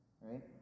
Right